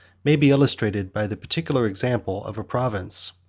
may be illustrated by the particular example of a province,